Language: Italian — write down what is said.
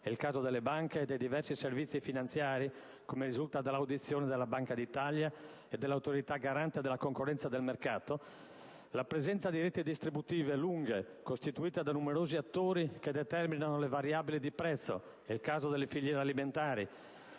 (è il caso delle banche e dei diversi servizi finanziari, come risulta dall'audizione della Banca d'Italia e dell'Autorità garante della concorrenza e del mercato), la presenza di reti distributive lunghe costituite da numerosi attori che determinano le variabili di prezzo (è il caso delle filiere alimentari),